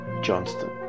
Johnston